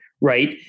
Right